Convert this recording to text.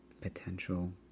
potential